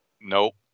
nope